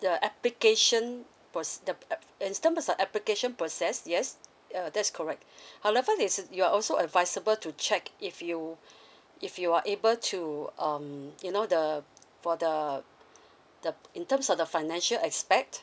the application proc~ the uh in terms of the application process yes uh that's correct however it's you're also advisable to check if you if you are able to um you know the for the the in terms of the financial aspect